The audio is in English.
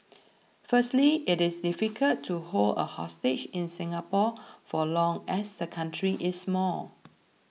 firstly it is difficult to hold a hostage in Singapore for long as the country is small